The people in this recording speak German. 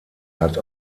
hat